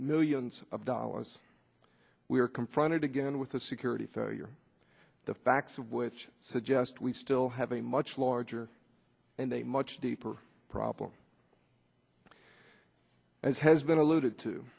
millions of dollars we are confronted again with a security failure the facts of which suggest we still have a much larger and a much deeper problem as has been alluded to